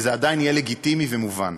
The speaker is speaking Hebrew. וזה עדיין יהיה לגיטימי ומובן.